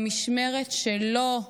במשמרת שלו,